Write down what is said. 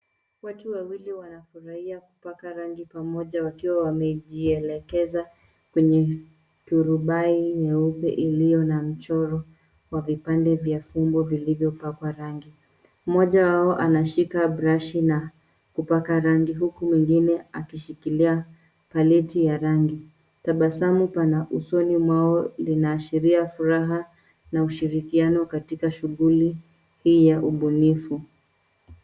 Watu wawili wanafurahia kupaka rangi pamoja wakiwa wamejielekeza kwenye turubai, nyeupe, iliyo na mchoro wa vipande vya fumbo vilivyo pakwa rangi. Moja wao anashika brashi na kupaka rangi huku mingine akishikilia paleti ya rangi. Tabasamu pana usoni mwao linaashiria furaha na ushirikiano katika shughuli hii ya ubunifu.